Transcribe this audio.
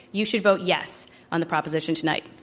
you should vote yes on the proposition tonight.